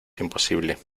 imposible